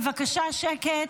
בבקשה שקט.